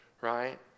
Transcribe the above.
right